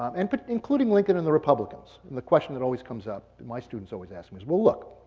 um and but including lincoln and the republicans. and the question that always comes up, my students always ask me, is well look,